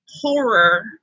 horror